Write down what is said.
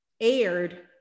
aired